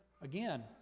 again